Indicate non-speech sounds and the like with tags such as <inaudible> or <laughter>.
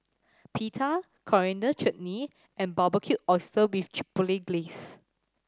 Pita Coriander Chutney and Barbecued Oyster <unintelligible> Chipotle Glaze